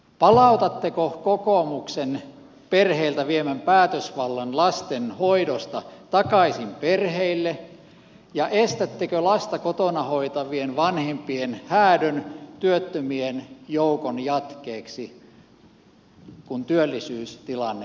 palautatteko kokoomuksen perheiltä viemän päätösvallan lasten hoidosta takaisin perheille ja estättekö lasta kotona hoitavien vanhempien häädön työttömien joukon jatkeeksi kun työllisyystilanne on heikko